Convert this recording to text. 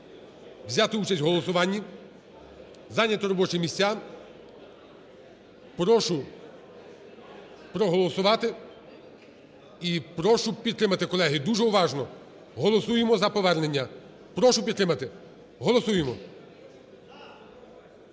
взяти участь в голосуванні, зайняти робочі місця. Прошу проголосувати і прошу підтримати, колеги, дуже уважно, голосуємо за повернення. Прошу підтримати. Голосуємо.